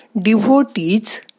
devotees